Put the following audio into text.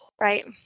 right